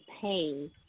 pain